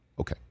okay